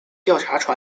调查